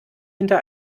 hinter